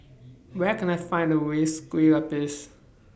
Where Can I Find The ways Kueh Lupis